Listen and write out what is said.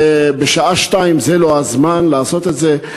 ובשעה 14:00 זה לא הזמן לעשות את זה.